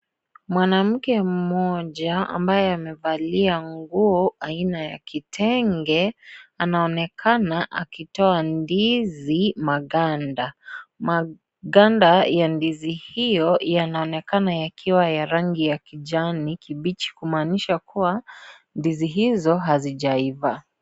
Mwanamke mmoja, ambaye amevalia nguo aina ya kitenge, anaonekana akitoa ndizi maganda. Maganda ya ndizi hiyo, yanaonekana yakiwa ya rangi ya kijani kibichi. Kumaanisha kuwa, ndizi hizo hazijaiva.